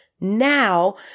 now